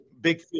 big